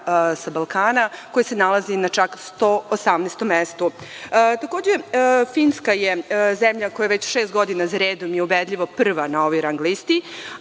sa Balkana i nalazi se na čak 118. mestu. Finska je zemlja koja je već šest godina za redom ubedljivo prva na ovoj rang listi,